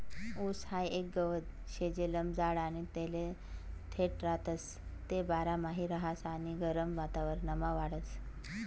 ऊस हाई एक गवत शे जे लंब जाड आणि तेले देठ राहतस, ते बारामहिना रहास आणि गरम वातावरणमा वाढस